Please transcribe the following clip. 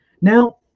Now